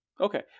Okay